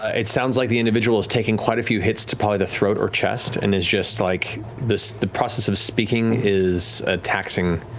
it sounds like the individual's taken quite a few hits to probably the throat or chest, and is just, like the process of speaking is a taxing